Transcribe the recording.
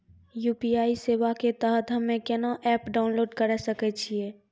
UPI सेवा के तहत हम्मे केना एप्प डाउनलोड करे सकय छियै?